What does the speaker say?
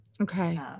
okay